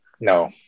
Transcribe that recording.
no